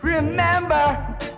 remember